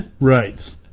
Right